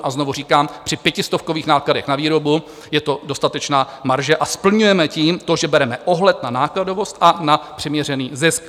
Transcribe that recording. A znovu říkám, při pětistovkových nákladech na výrobu je to dostatečná marže a splňujeme tím to, že bereme ohled na nákladovost a na přiměřený zisk.